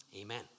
Amen